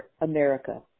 America